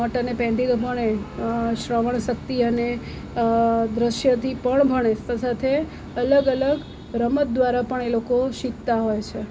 not અને પેનથી શ્રવણ શક્તિ અને દૃશ્યથી પણ ભણે સ સાથે અલગ અલગ રમત દ્વારા પણ એ લોકો શીખતા હોય છે